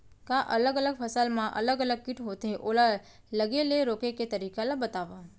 का अलग अलग फसल मा अलग अलग किट होथे, ओला लगे ले रोके के तरीका ला बतावव?